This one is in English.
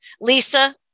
Lisa